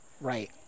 Right